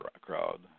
crowd